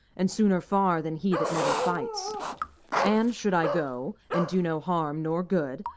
and sooner far than he that never fights and, should i go, and do no harm nor good,